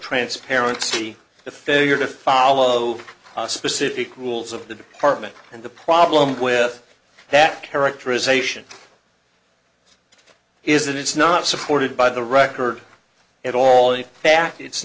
transparency the failure to follow a specific rules of the department and the problem with that characterization is that it's not supported by the record at all in fact it's